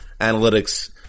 analytics